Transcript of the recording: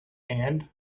and